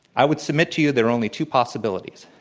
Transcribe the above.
i would submit to you there are only two possibilities.